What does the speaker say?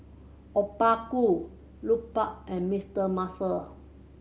Obaku Lupark and Mister Muscle